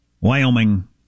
Wyoming